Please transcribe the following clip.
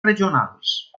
regionals